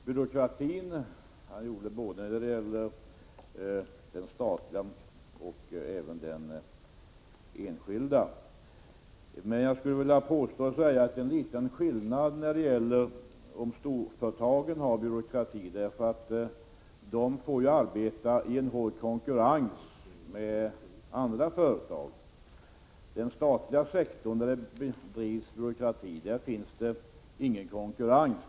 Herr talman! Jag noterar med tillfredsställelse att Jörn Svensson tar avstånd från byråkratin, både den statliga och den enskilda. Men jag skulle vilja påstå att det finns en skillnad mellan de två byråkratierna. Om de stora företagen har byråkrati, får de ändå arbeta i hård konkurrens med andra företag och själva betala. Den statliga sektorn och dess byråkrati har ingen konkurrens.